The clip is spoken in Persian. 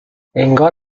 انگار